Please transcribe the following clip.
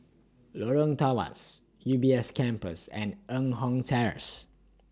Lorong Tawas U B S Campus and Eng Kong Terrace